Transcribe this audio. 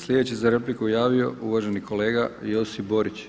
Sljedeći se za repliku javio uvaženi kolega Josip Borić.